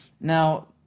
Now